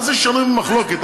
מה זה שנוי במחלוקת?